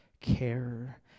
care